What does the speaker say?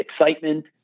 excitement